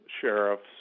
sheriffs